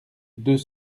deux